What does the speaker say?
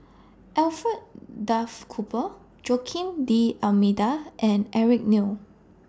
Alfred Duff Cooper Joaquim D'almeida and Eric Neo